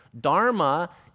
Dharma